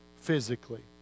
physically